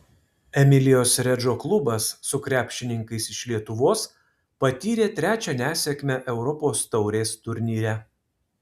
emilijos redžo klubas su krepšininkais iš lietuvos patyrė trečią nesėkmę europos taurės turnyre